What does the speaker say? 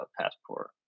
passport